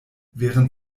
während